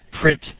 print